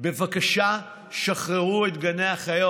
בבקשה, שחררו את גני החיות.